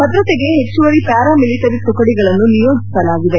ಭದ್ರತೆಗೆ ಹೆಚ್ಚುವರಿ paramilitary ತುಕಡಿಗಳನ್ನು ನಿಯೋಜಿಸಲಾಗಿದೆ